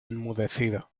enmudecido